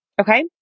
Okay